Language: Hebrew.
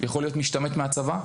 יכול להיות משתמט מהצבא.